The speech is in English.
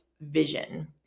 vision